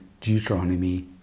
Deuteronomy